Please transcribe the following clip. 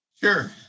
Sure